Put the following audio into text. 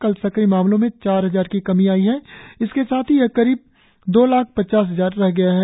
कल सक्रिय मामलो में चार हजार की कमी आई है इसके साथ ही यह करीब दो लाख पच्चास हजार रह गए है